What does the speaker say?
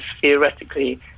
theoretically